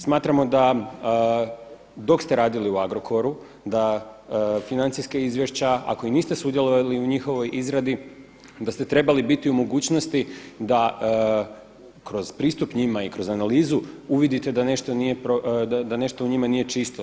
Smatramo da dok ste radili u Agrokoru da financijska izvješća ako i niste sudjelovali u njihovoj izradi, da ste trebali biti u mogućnosti da kroz pristup njima i kroz analizu uvidite da nešto u njima nije čisto.